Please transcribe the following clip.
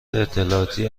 اطلاعاتی